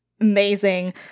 amazing